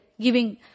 giving